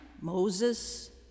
Moses